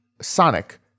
Sonic